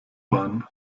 bahn